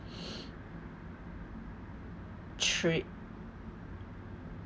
three